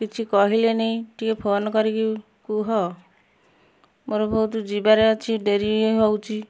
କିଛି କହିଲେନି ଟିକେ ଫୋନ କରିକି କୁହ ମୋର ବହୁତ ଯିବା ରେ ଅଛି ଡେରି ହଉଛି